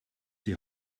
die